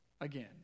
Again